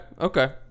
okay